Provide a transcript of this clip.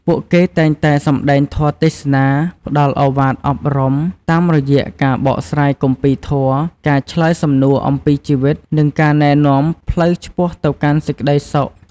ពួកគេតែងតែ សម្ដែងធម៌ទេសនា ផ្ដល់ឱវាទអប់រំ តាមរយៈការបកស្រាយគម្ពីរធម៌ ការឆ្លើយសំណួរអំពីជីវិត និងការណែនាំផ្លូវឆ្ពោះទៅកាន់សេចក្ដីសុខ។